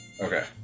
Okay